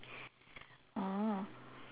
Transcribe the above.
oh